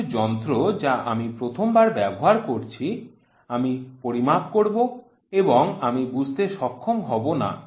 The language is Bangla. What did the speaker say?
কিছু যন্ত্র যা আমি প্রথমবার ব্যবহার করছি আমি পরিমাপ করব এবং আমি বুঝতে সক্ষম হব না